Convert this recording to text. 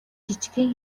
жижигхэн